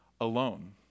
alone